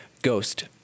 Ghost